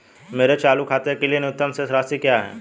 मेरे चालू खाते के लिए न्यूनतम शेष राशि क्या है?